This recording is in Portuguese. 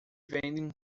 vendem